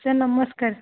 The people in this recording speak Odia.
ସାର୍ ନମସ୍କାର